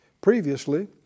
Previously